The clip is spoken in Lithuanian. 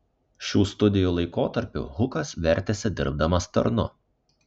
šių studijų laikotarpiu hukas vertėsi dirbdamas tarnu